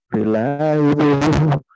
Reliable